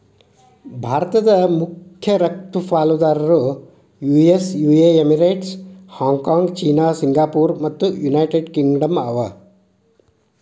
ಭಾರತದ್ ಮಖ್ಯ ರಫ್ತು ಪಾಲುದಾರರು US UAE Emirates, Hong Kong China Singapore ಮತ್ತು ಯುನೈಟೆಡ್ ಕಿಂಗ್ಡಮ್ ಅವ